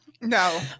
No